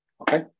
Okay